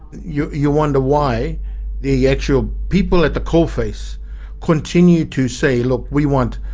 you you wonder why the actual people at the coal face continue to say, look, we want,